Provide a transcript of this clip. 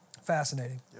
fascinating